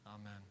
Amen